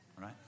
right